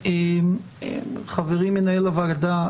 חברי מנהל הוועדה,